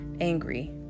angry